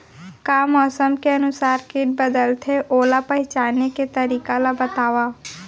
का मौसम के अनुसार किट बदलथे, ओला पहिचाने के तरीका ला बतावव?